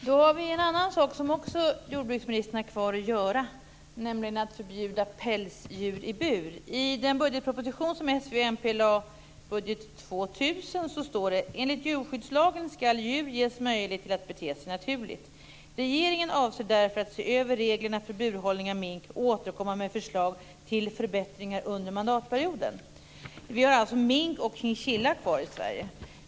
Fru talman! En annan sak som jordbruksministern har kvar att göra är att förbjuda pälsdjur i bur. I budgetproposition 2000 som Socialdemokraterna, Vänsterpartiet och Miljöpartiet står bakom står det: Enligt djurskyddslagen ska djur ges möjlighet till att bete sig naturligt. Regeringen avser därför att se över reglerna för burhållning av mink och återkomma med förslag till förbättringar under mandatperioden. Vi har alltså mink och chinchilla kvar i Sverige.